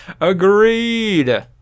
agreed